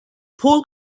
poole